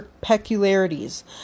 peculiarities